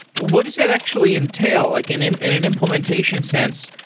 what does that actually entail? like in in an an implementation sense,